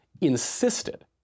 insisted